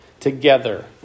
together